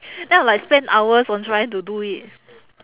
then I'll like spend hours on trying to do it